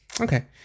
Okay